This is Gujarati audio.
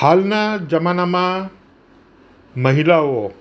હાલના જમાનામાં મહિલાઓ